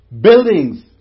Buildings